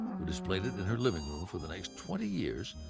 who displayed it in her living room for the next twenty years,